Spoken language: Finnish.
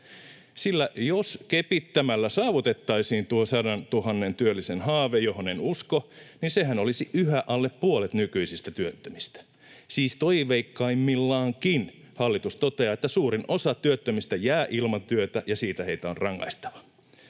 Sillä jos kepittämällä saavutettaisiin tuo 100 000 työllisen haave, johon en usko, niin sehän olisi yhä alle puolet nykyisistä työttömistä. Siis toiveikkaimmillaankin hallitus toteaa, että suurin osa työttömistä jää ilman työtä ja siitä heitä on rangaistava.